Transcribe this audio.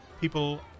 people